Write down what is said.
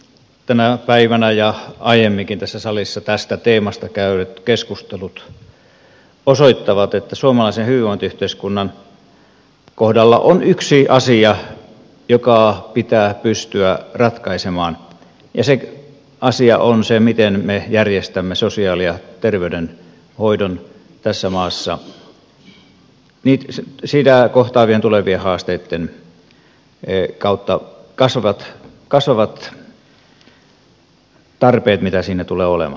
tänä päivänä ja aiemminkin tässä salissa tästä teemasta käydyt keskustelut osoittavat että suomalaisen hyvinvointiyhteiskunnan kohdalla on yksi asia joka pitää pystyä ratkaisemaan ja se asia on se miten me järjestämme sosiaali ja terveydenhoidon tässä maassa sen kohtaamat tulevat haasteet kasvavat tarpeet mitä siinä tulee olemaan